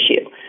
issue